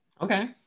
Okay